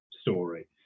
story